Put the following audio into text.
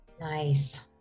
Nice